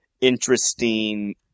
interesting